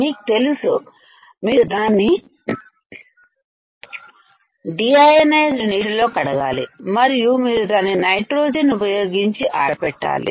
మీకు తెలుసు మీరు దాన్ని డిఅయోనైజ్డ్ నీటిలో కడగాలిమరియు మీరు దాన్ని నైట్రోజన్ ఉపయోగించి ఆరబెట్టాలి